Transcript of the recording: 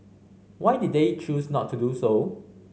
why did they choose not to do so